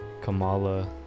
Kamala